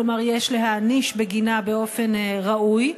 כלומר יש להעניש בגינה באופן ראוי,